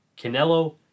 Canelo